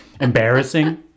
Embarrassing